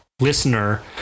listener